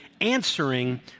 answering